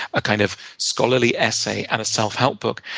a kind of scholarly essay and a self-help book.